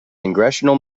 congressional